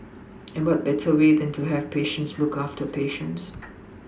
and what better way than to have patients look after patients